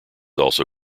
also